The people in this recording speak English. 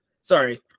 sorry